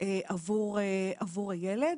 עבור הילד.